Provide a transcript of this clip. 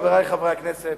חברי חברי הכנסת,